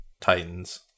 titans